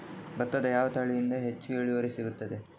ಭತ್ತದ ಯಾವ ತಳಿಯಿಂದ ಹೆಚ್ಚು ಇಳುವರಿ ಸಿಗುತ್ತದೆ?